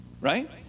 right